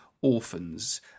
orphans